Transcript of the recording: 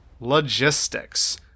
Logistics